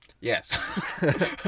Yes